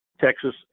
Texas